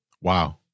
Wow